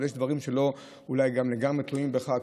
אבל יש דברים שגם אולי לא לגמרי תלויים בך,